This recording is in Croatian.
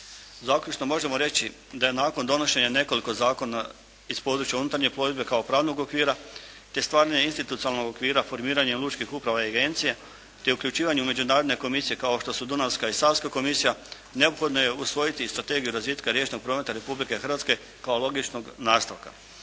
Zaključno možemo reći da je nakon donošenja nekoliko zakona iz područja unutarnje plovidbe kao pravnog okvira, te stvarnog institucionalnog okvira formiranja lučkih uprava i agencija, te uključivanje u međunarodne komisije kao što su Dunavska i Savska komisija, neophodno je usvojiti i Strategiju razvitka riječnog prometa Republike Hrvatske kao logičnog nastavka.